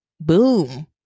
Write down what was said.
Boom